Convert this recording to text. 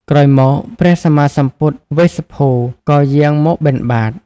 ក្រោយមក ព្រះសម្មាសម្ពុទ្ធវេស្សភូ ក៏យាងមកបិណ្ឌបាត។